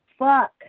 Fuck